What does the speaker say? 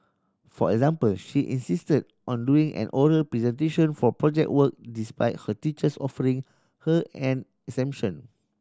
for example she insisted on doing an oral presentation for Project Work despite her teachers offering her an exemption